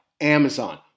Amazon